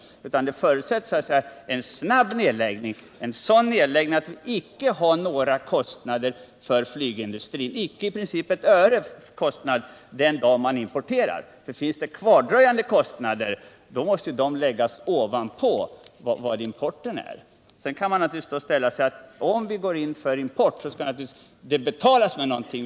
För att import skall vara billigare förutsätts sålunda en snabb nedläggning, som innebär att vi icke har några kostnader för flyginclustrin den dag vi importerar. Finns det kvardröjande kostnader, då måste de som sagt läggas ovanpå vad importen kostar. Om vi går in för import av flygmateriel så måste den naturligtvis betalas med någonting.